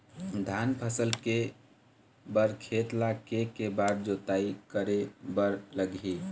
धान फसल के बर खेत ला के के बार जोताई करे बर लगही?